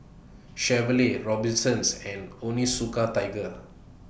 Chevrolet Robinsons and Onitsuka Tiger